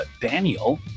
Daniel